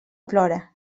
plora